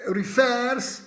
refers